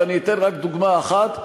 ואני אתן רק דוגמה אחת,